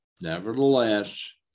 Nevertheless